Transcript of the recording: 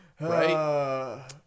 Right